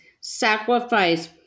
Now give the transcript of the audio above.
sacrifice